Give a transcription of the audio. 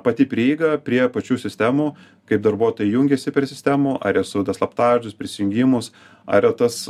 pati prieiga prie pačių sistemų kai darbuotojai jungiasi prie sistemų ar jie suveda slaptažodžius prisijungimus ar yra tas